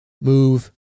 Move